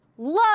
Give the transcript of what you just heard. Love